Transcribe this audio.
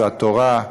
זה התורה,